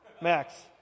Max